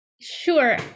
Sure